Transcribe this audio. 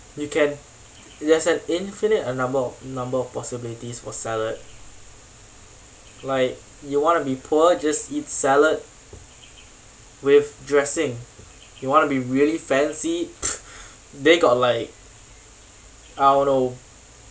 you can there's an infinite number of number of possibilities for salad like you want to be poor just eat salad with dressing you wanna be really fancy they got like I don't know